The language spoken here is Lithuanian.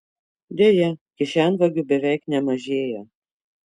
deja kišenvagių beveik nemažėja